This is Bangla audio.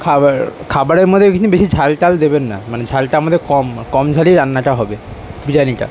খাবার খাবারের মধ্যে কিন্তু বেশি ঝাল টাল দেবেন না মানে ঝালটা আমাদের কম কম ঝালেই রান্নাটা হবে বিরিয়ানিটা